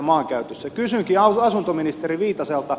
kysynkin asuntoministeri viitaselta